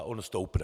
On stoupne.